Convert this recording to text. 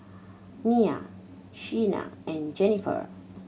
Mya Shyann and Jenniffer